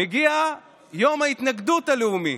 מגיע "יום ההתנגדות הלאומי".